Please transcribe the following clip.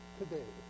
today